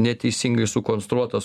neteisingai sukonstruotas